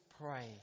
pray